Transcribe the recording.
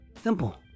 Simple